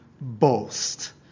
boast